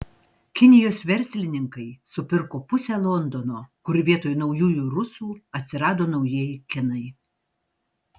kinijos verslininkai supirko pusę londono kur vietoj naujųjų rusų atsirado naujieji kinai